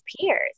peers